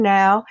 now